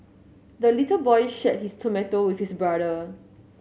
the little boy shared his tomato with his brother